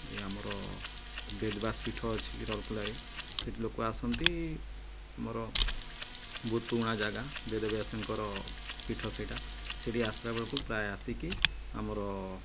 ଏ ଆମର ବେଦବାସ ପୀଠ ଅଛି ରାଉଲକେଲାରେ ସେଠି ଲୋକ ଆସନ୍ତି ଆମର ବହୁତ ପୁରୁଣା ଜାଗା ବେଦବ୍ୟାସଙ୍କର ପୀଠ ସେଇଟା ସେଠି ଆସିଲା ବେଳକୁ ପ୍ରାୟ ଆସିକି ଆମର